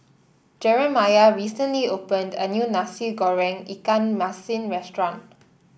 Jeramiah recently opened a new Nasi Goreng Ikan Masin restaurant